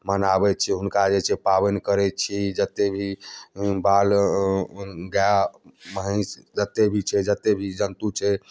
बनाबैत छियै जे हुनका जे छै से पाबनि करैत छी जतेक भी बाल गाए महीस जतेक भी छै जतेक भी जन्तु छै